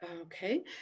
okay